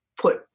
put